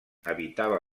habitava